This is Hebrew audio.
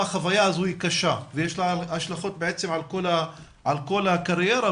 החוויה הזאת היא קשה ויש לה השלכות על כל הקריירה,